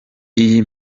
iyi